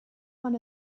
one